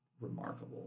remarkable